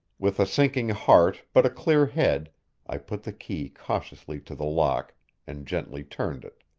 with a sinking heart but a clear head i put the key cautiously to the lock and gently turned it.